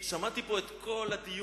שמעתי כאן את כל הדיון.